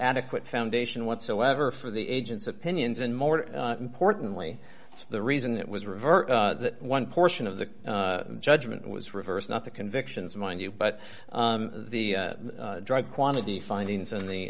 adequate foundation whatsoever for the agent's opinions and more importantly the reason it was reversed one portion of the judgment was reversed not the convictions mind you but the drug quantity findings in the